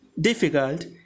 difficult